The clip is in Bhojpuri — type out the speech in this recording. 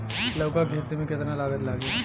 लौका के खेती में केतना लागत लागी?